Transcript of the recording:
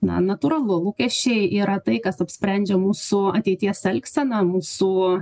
na natūralu lūkesčiai yra tai kas apsprendžia mūsų ateities elgseną mūsų